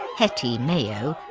hettie mayo,